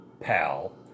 pal